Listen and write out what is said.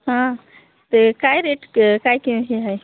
हां ते काय रेट क काय के हे आहे